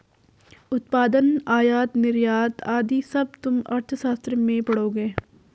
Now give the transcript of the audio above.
उत्पादन, आयात निर्यात आदि सब तुम अर्थशास्त्र में पढ़ोगे